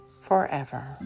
forever